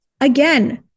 again